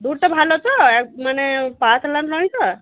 দুধটা ভালো তো মানে পাতলা নয় তো